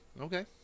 Okay